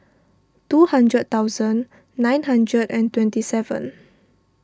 two hundred thousand nine hundred and twenty seven